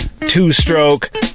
two-stroke